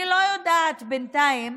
אני לא יודעת בינתיים